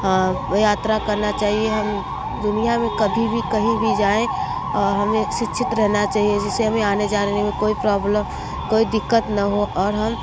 यात्रा करना चाहिए हम दुनिया में कभी भी कहीं भी जाएँ और हमें शिक्षित रहना चाहिए जिससे हमें आने जाने में कोई प्रॉब्लम कोई दिक्कत न हो और हम